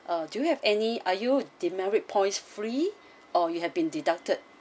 uh do you have any are you demerit points free or you have been deducted